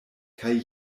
kaj